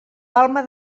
palma